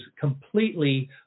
completely